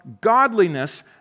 godliness